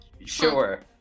Sure